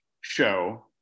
show